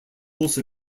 also